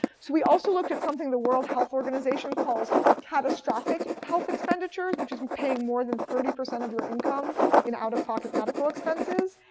so we also looked at something the world health organization calls catastrophic health expenditures, which is paying more than thirty percent of your income in out-of-pocket medical expenses.